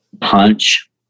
punch